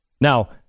Now